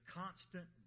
constant